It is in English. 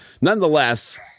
nonetheless